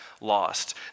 lost